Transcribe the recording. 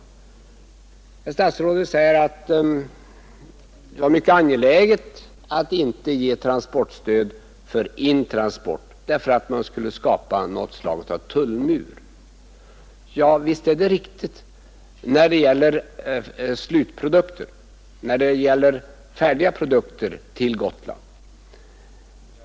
Herr statsrådet Norling säger att det var mycket angeläget att inte ge transportstöd för intransport — man skulle därmed skapa något slag av tullmur. Ja, det är riktigt när det gäller färdiga produkter till Gotland.